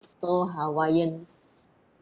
so hawaiian